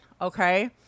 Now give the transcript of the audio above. okay